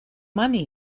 money